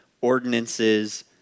ordinances